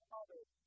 others